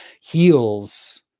heals